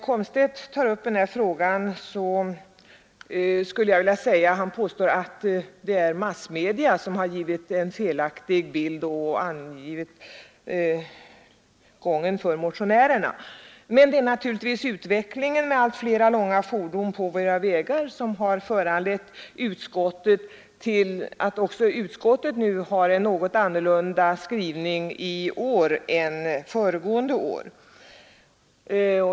Herr Komstedt påstår att massmedia givit en felaktig bild av förhållandena och därigenom påverkat motionärerna. Men naturligtvis är det utvecklingen mot allt fler långa fordon på våra vägar som föranlett motionerna och som medfört att utskottet i år har en något annan skrivning än föregående år.